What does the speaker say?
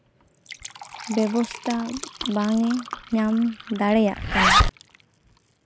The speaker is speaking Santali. ᱵᱮᱵᱚᱥᱛᱷᱟ ᱵᱟᱝ ᱮ ᱧᱟᱢ ᱫᱟᱲᱮᱭᱟᱜ ᱠᱟᱱᱟ